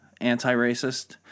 anti-racist